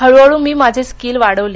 हळूहळू मी माझे स्कील वाढवले